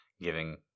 giving